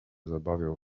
zabawiał